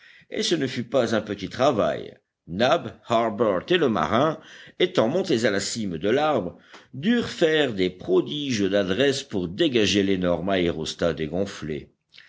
et ce ne fut pas un petit travail nab harbert et le marin étant montés à la cime de l'arbre durent faire des prodiges d'adresse pour dégager l'énorme aérostat dégonflé